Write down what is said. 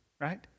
right